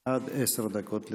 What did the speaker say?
עד עשר דקות לרשותך.